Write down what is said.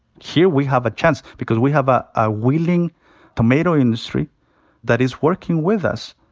here, we have a chance because we have a a willing tomato industry that is working with us.